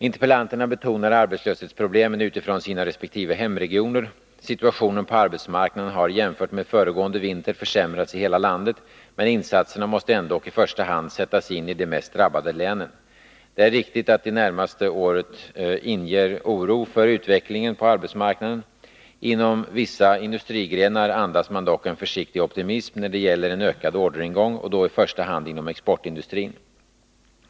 Interpellanterna betonar arbetslöshetsproblemen utifrån sina resp. hemregioner. Situationen på arbetsmarknaden har jämfört med föregående vinter försämrats i hela landet, men insatserna måste ändock i första hand sättas in i de mest drabbade länen. Det är riktigt att det närmaste året inger oro för utvecklingen på arbetsmarknaden. Inom vissa industrigrenar andas man dock en försiktig optimism när det gäller en ökad orderingång, och då i första hand inom exportindustrin.